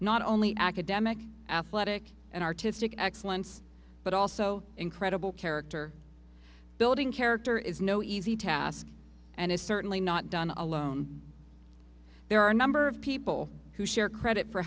not only academic athletic and artistic excellence but also incredible character building character is no easy task and is certainly not done alone there are a number of people who share credit for